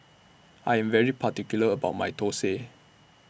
I Am very particular about My Thosai